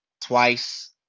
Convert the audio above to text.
twice